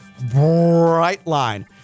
Brightline